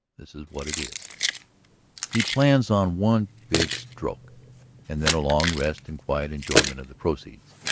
this is what it is he plans on one big stroke and then a long rest and quiet enjoyment of the proceeds.